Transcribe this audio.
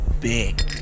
big